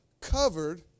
covered